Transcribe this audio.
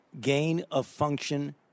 gain-of-function